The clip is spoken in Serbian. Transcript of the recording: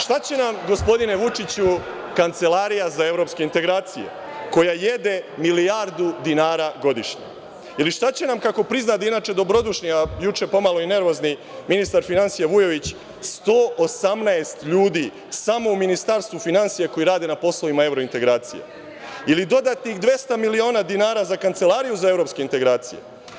Šta će nam, gospodine Vučiću, Kancelarija za Evropske integracije, koja jede milijardu dinara godišnje ili šta će nam, kako priznade inače dobrodušni, a juče pomalo i nervozni, ministar finansija Vujović, 118 ljudi samo u Ministarstvu finansija koji rade na poslovima evrointegracija ili dodatnih 200 miliona dinara za Kancelariju za evropske integracije?